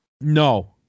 no